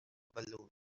balloon